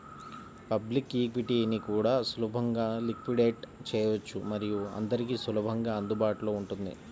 public ఈక్విటీని కూడా సులభంగా లిక్విడేట్ చేయవచ్చు మరియు అందరికీ సులభంగా అందుబాటులో ఉంటుంది